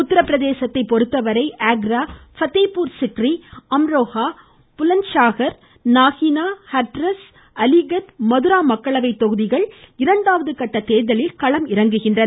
உத்தரப்பிரதேசத்தை பொறுத்தவரை ஆக்ரா ஃபத்தேபூர் சிக்ரி அம்ரோஹா புலந்த் சாஹர் நாஹினா ஹத்ராஸ் அலிகாட் மதுரா மக்களவை தொகுதிகள் இரண்டாவது கட்ட தேர்தலில் களம் இறங்குகின்றன